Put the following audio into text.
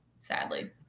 sadly